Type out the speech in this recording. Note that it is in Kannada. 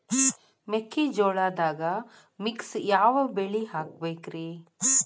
ಮೆಕ್ಕಿಜೋಳದಾಗಾ ಮಿಕ್ಸ್ ಯಾವ ಬೆಳಿ ಹಾಕಬೇಕ್ರಿ?